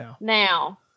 Now